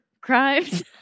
crimes